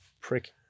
Prick